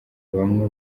bamwe